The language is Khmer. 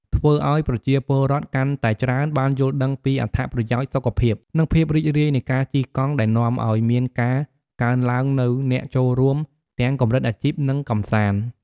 ធ្វើអោយប្រជាពលរដ្ឋកាន់តែច្រើនបានយល់ដឹងពីអត្ថប្រយោជន៍សុខភាព និងភាពរីករាយនៃការជិះកង់ ដែលនាំឲ្យមានការកើនឡើងនូវអ្នកចូលរួមទាំងកម្រិតអាជីព និងកម្សាន្ត។